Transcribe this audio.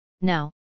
Now